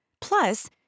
Plus